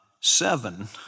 seven